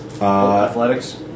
Athletics